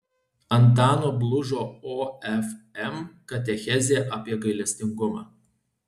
antano blužo ofm katechezė apie gailestingumą